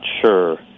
sure